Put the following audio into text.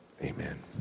amen